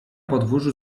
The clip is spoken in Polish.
podwórzu